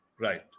Right